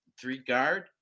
three-guard